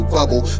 Bubble